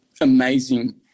amazing